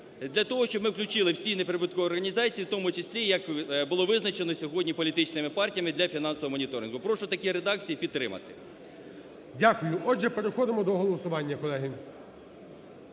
Для того, щоб ми включили всі неприбуткові організації, в тому числі як було визначено сьогодні політичними партіями для фінансового моніторингу. Прошу в такій редакції підтримати. ГОЛОВУЮЧИЙ. Дякую. Отже, переходимо до голосування, колеги.